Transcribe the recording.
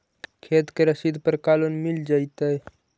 खेत के रसिद पर का लोन मिल जइतै?